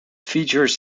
features